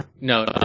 No